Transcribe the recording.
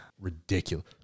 Ridiculous